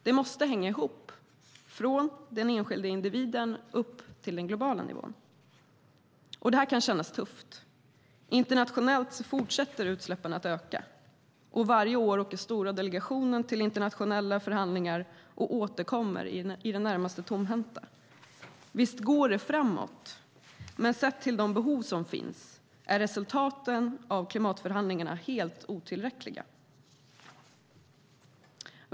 Det måste hänga ihop, från den enskilda individen upp till den globala nivån. Detta kan kännas tufft. Internationellt fortsätter utsläppen att öka, och varje år åker stora delegationer till internationella förhandlingar och återkommer i det närmaste tomhänta. Visst går det framåt, men sett till de behov som finns är resultaten av klimatförhandlingarna helt otillräckliga.